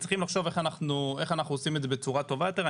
צריכים לחשוב איך אנחנו עושים את זה בצורה טובה יותר.